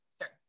sure